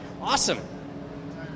awesome